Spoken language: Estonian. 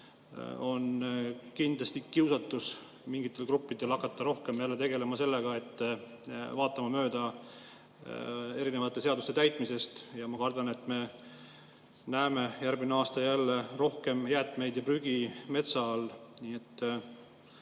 on kindlasti mingitel gruppidel kiusatus hakata rohkem tegelema sellega, et vaadata mööda erinevate seaduste täitmisest, ja ma kardan, et me näeme järgmisel aastal jälle rohkem jäätmeid ja prügi metsa all. Kas te